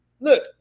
Look